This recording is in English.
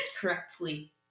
correctly